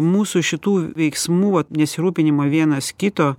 mūsų šitų veiksmų nesirūpinimo vienas kito